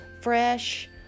fresh